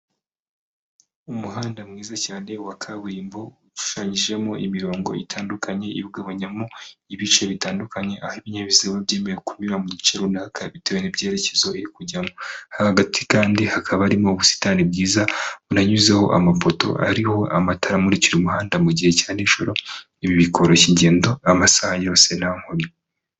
Umuhanda mwiza cyane wa kaburimbo, ushushanyijemo imirongo itandukanye iwugabanyamo ibice bitandukanye, aho ibinyabiziga biba byemerewe kunyura mu gice runaka bitewe n'ibyerekezo biri kujyamo. Hagati kandi hakaba harimo ubusitani bwiza, bunanyuzeho amafoto ariho amatara amurikira umuhanda mu gihe cya nijororo, ibi bikoroshya ingendo amasaha yose nta nkomyi.